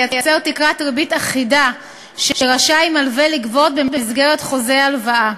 לייצר תקרת ריבית אחידה שרשאי מלווה לגבות במסגרת חוזה הלוואה.